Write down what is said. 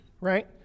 right